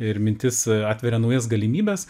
ir mintis atveria naujas galimybes